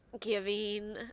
giving